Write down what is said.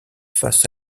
face